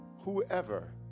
whoever